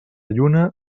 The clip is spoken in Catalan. lluna